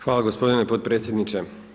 Hvala gospodine potpredsjedniče.